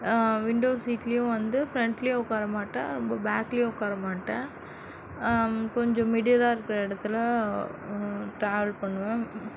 window சீட்டுலேயும் வந்து ஃபிரண்ட்லேயும் உக்கார மாட்டேன் ரொம்ப பேக்குலேயும் உக்கார மாட்டேன் கொஞ்சம் மிடிலாக இருக்கிற இடத்துல ட்ராவல் பண்ணுவேன்